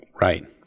Right